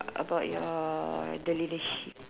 about your the leadership